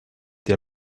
der